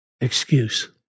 excuse